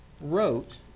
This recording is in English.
wrote